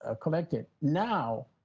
ah collected. now,